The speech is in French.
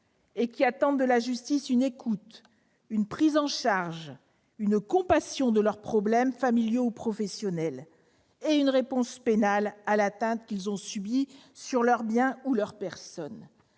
et qui attendent de la justice une écoute, une prise en charge, de la compassion pour leurs problèmes familiaux ou professionnels, une réponse pénale à l'atteinte qu'ils ont subie sur leurs biens ou sur leur personne